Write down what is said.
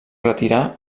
retirar